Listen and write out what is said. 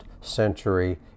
century